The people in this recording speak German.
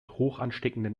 hochansteckenden